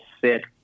sit